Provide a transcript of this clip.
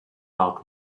out